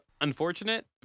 unfortunate